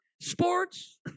Sports